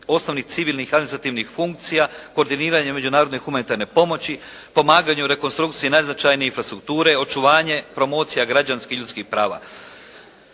osnovnih civilnih administrativnih funkcija, koordiniranje međunarodne humanitarne pomoći, pomaganje u rekonstrukciji najznačajnije infrastrukture, očuvanje, promocija građanskih ljudskih prava.